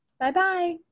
Bye-bye